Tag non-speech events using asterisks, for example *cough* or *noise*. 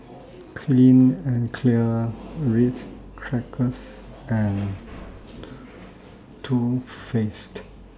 *noise* Clean and Clear Ritz Crackers and Too Faced